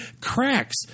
Cracks